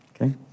Okay